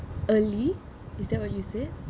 early is that what you say